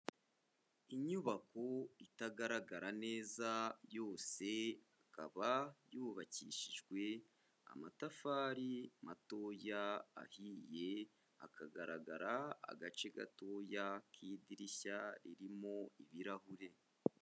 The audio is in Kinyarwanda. Inyubako itagaragara neza yose, ikaba yubakishijwe amatafari matoya ahiye, hakagaragara agace gatoya k'idirishya ririmo ibirahure.